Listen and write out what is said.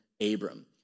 Abram